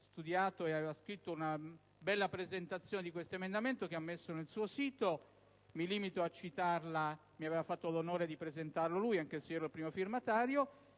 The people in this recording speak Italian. studiato e aveva scritto una bella presentazione di questo emendamento, che ha inserito nel suo sito. Mi limito a citarla (mi aveva fatto l'onore di presentarlo lui, anche se io ero il primo firmatario):